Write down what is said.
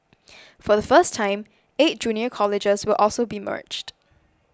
for the first time eight junior colleges will also be merged